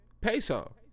Peso